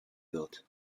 wird